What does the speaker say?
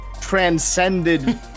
transcended